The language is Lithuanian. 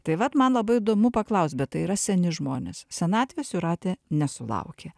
tai vat man labai įdomu paklaust bet tai yra seni žmonės senatvės jūratė nesulaukė